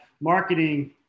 marketing